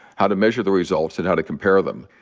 how to measure the results and how to compare them.